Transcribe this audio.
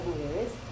years